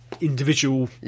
Individual